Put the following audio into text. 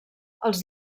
els